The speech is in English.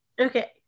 Okay